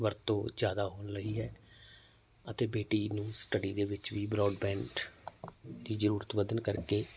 ਵਰਤੋਂ ਜ਼ਿਆਦਾ ਹੋਣ ਲਈ ਹੈ ਅਤੇ ਬੇਟੀ ਨੂੰ ਸਟੱਡੀ ਦੇ ਵਿੱਚ ਵੀ ਬਰੋਡਬੈਂਡ ਦੀ ਜ਼ਰੂਰਤ ਵਧਣ ਕਰਕੇ